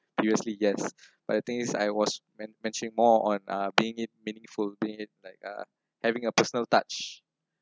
previously yes but the thing is I was meant matching more on uh being it meaningful being it like uh having a personal touch